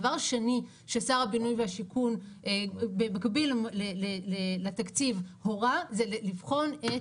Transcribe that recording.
הדבר השני ששר הבינוי והשיכון במקביל לתקציב הורה זה לבחון את,